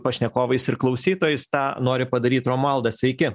pašnekovais ir klausytojais tą nori padaryt romualdas sveiki